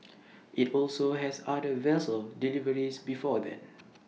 IT also has other vessel deliveries before then